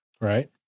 Right